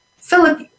Philip